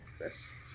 Yes